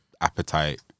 appetite